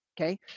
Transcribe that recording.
Okay